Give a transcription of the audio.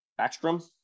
Backstrom